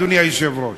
אדוני היושב-ראש.